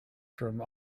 from